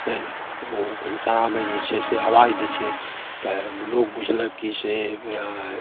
मने तऽ भिनसरामे जे छै से आवाज दै छै तब लोक बुझलक कि से